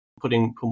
putting